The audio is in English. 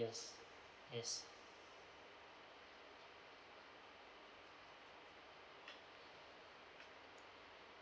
years yes